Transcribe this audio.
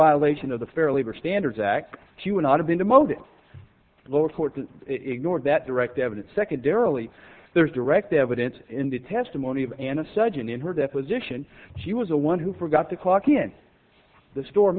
violation of the fairly her standards act she would not have been demoted lower court ignored that direct evidence secondarily there's direct evidence in the testimony of anna sudden in her deposition she was the one who forgot to clock in the store